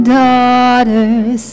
daughters